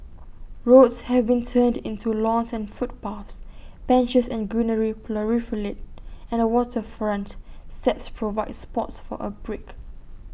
roads have been turned into lawns and footpaths benches and greenery proliferate and waterfront steps provide spots for A break